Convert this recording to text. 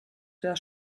der